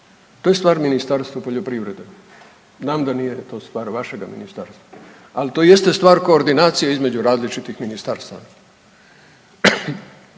To je stvar Ministarstva poljoprivrede, znam da nije to stvar vašega Ministarstva. Ali to jeste stvar koordinacije između različitih ministarstava.